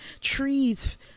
trees